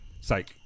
Psych